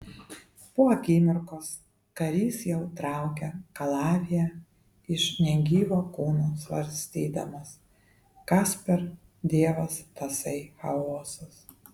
po akimirkos karys jau traukė kalaviją iš negyvo kūno svarstydamas kas per dievas tasai chaosas